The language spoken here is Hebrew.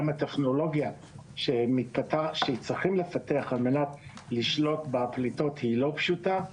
הטכנולוגיה שצריכים לפתח על מנת לשלוט בפליטות היא לא פשוטה.